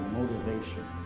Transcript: motivation